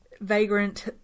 Vagrant